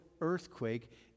earthquake